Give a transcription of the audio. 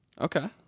Okay